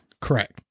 Correct